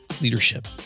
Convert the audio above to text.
leadership